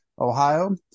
Ohio